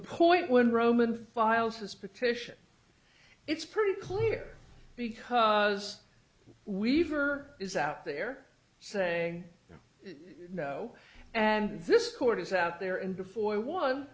point when roman files this petition it's pretty clear because we've or is out there saying no and this court is out there and before